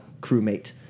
crewmate